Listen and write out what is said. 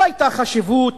לא היתה חשיבות